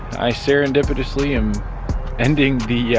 i serendipitously am ending the yeah